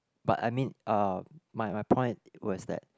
but I mean uh my my point was that